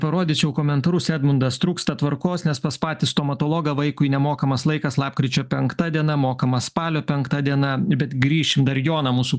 parodyčiau komentarus edmundas trūksta tvarkos nes pas patį stomatologą vaikui nemokamas laikas lapkričio penkta diena mokamas spalio penkta diena bet grįšim dar joną mūsų